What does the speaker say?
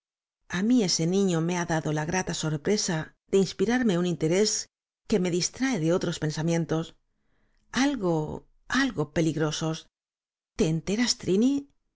insufrible a mí ese niño me ha dado la grata sorpresa de inspirarme un interés q u e m e me distrae de otros pensamientos algo algo peligrosos te enteras trini